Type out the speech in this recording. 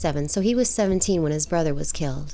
seven so he was seventeen when his brother was killed